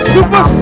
Super